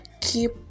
keep